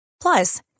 Plus